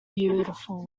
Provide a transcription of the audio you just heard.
beautiful